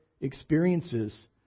experiences